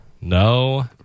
No